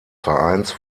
vereins